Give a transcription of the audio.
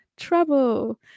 trouble